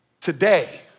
today